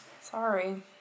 Sorry